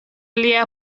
lia